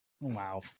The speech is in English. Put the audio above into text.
Wow